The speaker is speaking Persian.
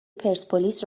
پرسپولیس